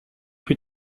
plus